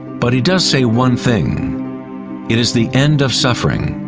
but he does say one thing it is the end of suffering.